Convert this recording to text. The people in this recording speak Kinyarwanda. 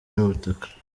n’ubutaka